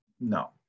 No